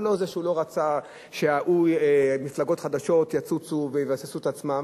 ולא שהוא לא רצה שמפלגות חדשות יצוצו ויבססו את עצמן,